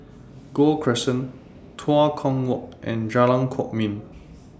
Gul Crescent Tua Kong Walk and Jalan Kwok Min